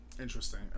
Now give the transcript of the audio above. interesting